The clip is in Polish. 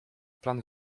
plan